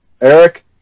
Eric